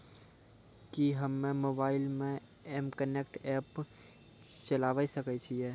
कि हम्मे मोबाइल मे एम कनेक्ट एप्प चलाबय सकै छियै?